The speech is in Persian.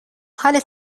حالت